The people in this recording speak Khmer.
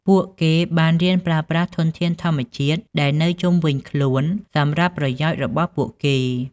ពួកគេបានរៀនប្រើប្រាស់ធនធានធម្មជាតិដែលនៅជុំវិញខ្លួនសម្រាប់ប្រយោជន៍របស់ពួកគេ។